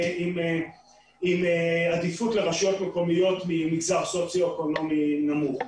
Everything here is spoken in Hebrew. עם עדיפות לרשויות מקומיות ממגזר סוציו-אקונומי נמוך.